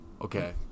Okay